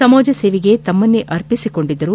ಸಮಾಜಸೇವೆಗೆ ತಮ್ಮನ್ನು ಅರ್ಪಿಸಿಕೊಂಡಿದ್ದರು